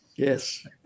yes